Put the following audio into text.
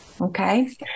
Okay